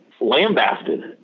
lambasted